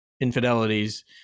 infidelities